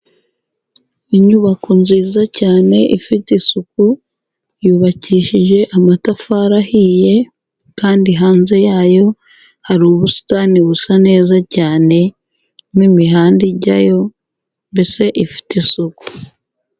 Inyubako nziza cyane ifite isuku, yubakishije amatafari ahiye, kandi hanze yayo hari ubusitani busa neza cyane, n'imihanda ijyayo mbese ifite isuku.